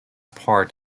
part